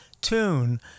tune